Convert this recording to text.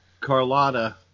Carlotta